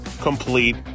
complete